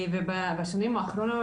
ובשנים האחרונות,